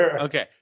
Okay